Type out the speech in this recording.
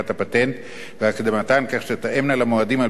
והקדמתן כך שתתאמנה למועדים על-פי אמנת ה-PCT,